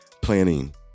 planning